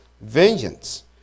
vengeance